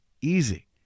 Easy